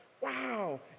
wow